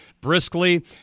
briskly